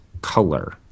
color